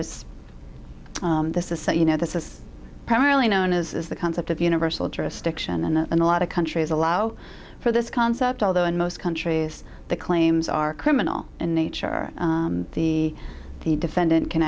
is this is that you know this is primarily known as the concept of universal jurisdiction and a lot of countries allow for this concept although in most countries the claims are criminal in nature the defendant can